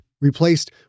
replaced